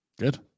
good